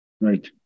right